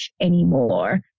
anymore